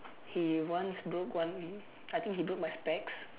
he once broke one I think he broke my specs